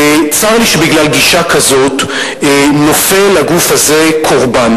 צר לי שבגלל גישה כזאת נופל הגוף הזה קורבן,